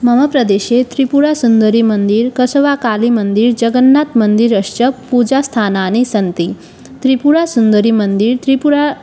मम प्रदेशे त्रिपुरसुन्दरी मन्दिरं कसवाकाली मन्दिरं जगन्नाथमन्दिरं अस्य पूजास्थानानि सन्ति त्रिपुरासुन्दरी मन्दिरं त्रिपुरा